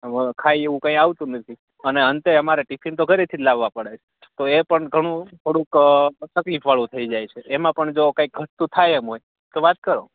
અવ ખાઈએ એવું કાંઈ આવતું નથી અને અંતે અમારે ટિફિન તો ઘરેથી જ લાવા પડે છે તો એ પણ ઘણું થોડુક તકલીફ વાળું થઈ જાય છે એમાં પણ જો ઘટતું થાય એમ હોય તો વાત કરો